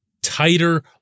Tighter